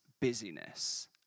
busyness